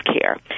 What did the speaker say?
care